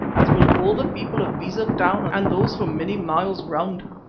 as will all the people of beza town and those for many miles round.